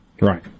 Right